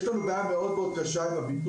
יש לנו בעיה קשה מאוד עם הביטוח,